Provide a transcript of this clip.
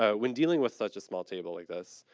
ah when dealing with such a small table like this,